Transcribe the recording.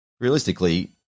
realistically